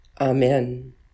Amen